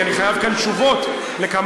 כי אני חייב כאן תשובות לכמה,